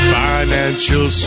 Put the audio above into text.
financial